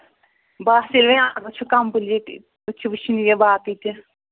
بہٕ آس سُلے چھُ کَمپٕلیٖٹ وٕچھُن یہِ باقٕے تہِ